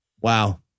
Wow